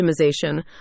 optimization